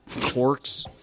corks